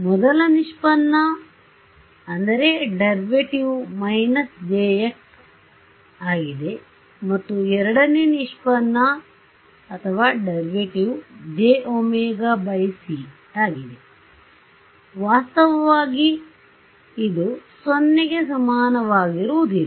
ಮೊದಲ ನಿಷ್ಪನ್ನ − jkx ನೀಡುತ್ತದೆ ಮತ್ತು ಎರಡನೇ ನಿಷ್ಪನ್ನ ನನಗೆ jωc ನೀಡುತ್ತದೆ ಮತ್ತು ಇದು ಏಕೆ ವಾಸ್ತವವಾಗಿ 0 ಸಮನಾಗಿರುವುದಿಲ್ಲ